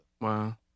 Wow